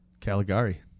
Caligari